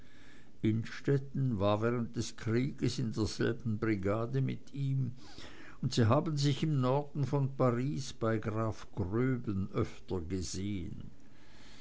innstetten war während des krieges in derselben brigade mit ihm und sie haben sich im norden von paris bei graf gröben öfter gesehen